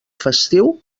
festiu